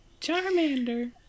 Charmander